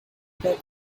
that